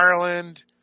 Ireland